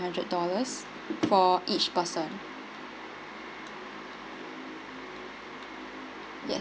hundred dollars for each person yes